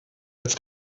als